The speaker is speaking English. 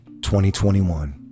2021